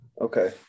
okay